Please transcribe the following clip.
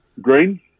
green